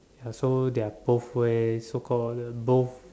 ya so there are both way so called both